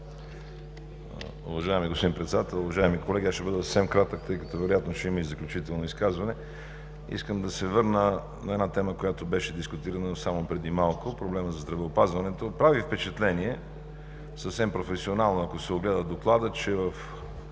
Уважаеми господин Председател, уважаеми колеги! Аз ще бъда съвсем кратък, тъй като вероятно ще има и заключително изказване. Искам да се върна на една тема, която беше дискутирана само преди малко – проблемът за здравеопазването. Прави впечатление, съвсем професионално, ако се огледа Докладът, че в